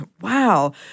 Wow